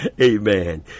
amen